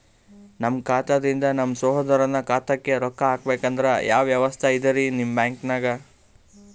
ನಮ್ಮ ಖಾತಾದಿಂದ ನಮ್ಮ ಸಹೋದರನ ಖಾತಾಕ್ಕಾ ರೊಕ್ಕಾ ಹಾಕ್ಬೇಕಂದ್ರ ಯಾವ ವ್ಯವಸ್ಥೆ ಇದರೀ ನಿಮ್ಮ ಬ್ಯಾಂಕ್ನಾಗ?